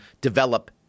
develop